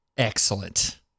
excellent